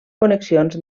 connexions